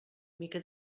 mica